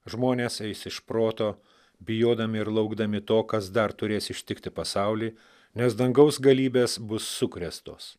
žmonės eis iš proto bijodami ir laukdami to kas dar turės ištikti pasaulį nes dangaus galybės bus sukrėstos